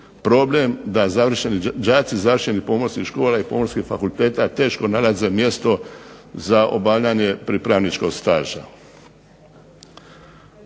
riješiti da završeni đaci, završenih pomorskih škola i pomorskih fakulteta teško nalaze mjesto za obavljanje pripravničkog staža.